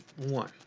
one